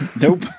Nope